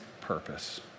purpose